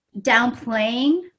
downplaying